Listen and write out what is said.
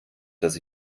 dass